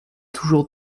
toujours